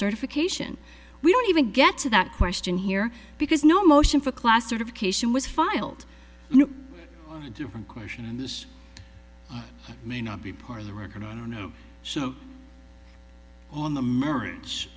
certification we don't even get to that question here because no motion for class certification was filed in a different question and this may not be part of the record i don't know so on the marriage